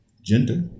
gender